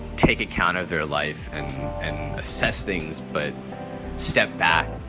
take account of their life and assess things but step back,